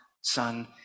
Son